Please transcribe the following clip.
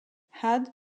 had